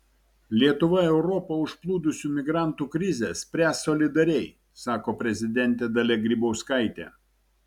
lietuva europą užplūdusių migrantų krizę spręs solidariai sako prezidentė dalia grybauskaitė